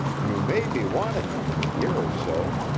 you may be wanting it in a year or so,